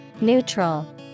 Neutral